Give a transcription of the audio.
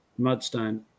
mudstone